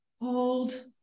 Hold